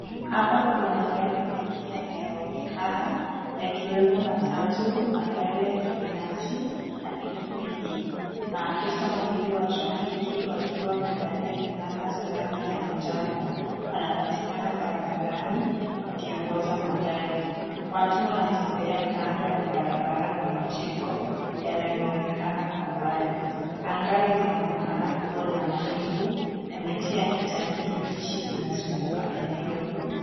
Hapa kuna magari mengi yanayoonekana yakiwemo matatu, magari ya kibinafsi na pikipiki. Maafisa wawili wa trafiki wakiwa wamevalia fulani za rangi ya manjano, wanapatikana barabarani wakiongoza magari. Watu wanatembea kando ya barabara na majengo yanayoonekana kwa mbali. Anga linaonekana kuwa na mawingu na miti ya kijani kibichi inazunguka eneo hilo.